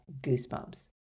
goosebumps